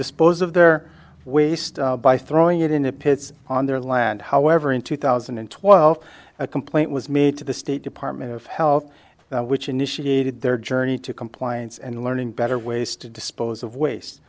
dispose of their waste by throwing it in the pits on their land however in two thousand and twelve a complaint was made to the state department of health which initiated their journey to compliance and learning better ways to dispose of waste